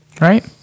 right